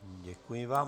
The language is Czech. Děkuji vám.